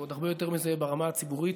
ועוד הרבה יותר מזה ברמה הציבורית.